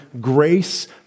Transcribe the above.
grace